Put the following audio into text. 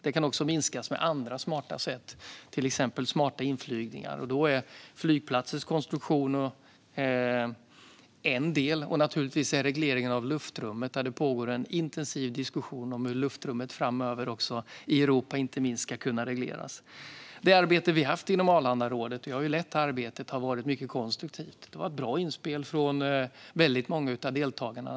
Den kan också minskas med andra smarta sätt, till exempel smarta inflygningar. Då är flygplatsers konstruktion en del och naturligtvis även regleringen av luftrummet. Det pågår en intensiv diskussion om hur luftrummet, inte minst i Europa, framöver ska kunna regleras. Det arbete som vi har haft i Arlandarådet, som jag har lett, har varit mycket konstruktivt. Det har varit bra inspel från väldigt många av deltagarna.